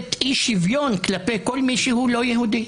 אי שוויון כלפי כל מי שהוא לא יהודי,